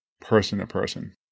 person-to-person